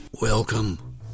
Welcome